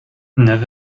neuf